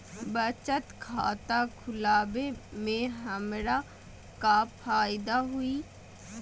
बचत खाता खुला वे में हमरा का फायदा हुई?